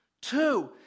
two